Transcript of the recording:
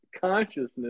consciousness